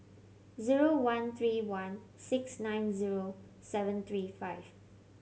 zero one three one six nine zero seven three five